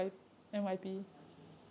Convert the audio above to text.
okay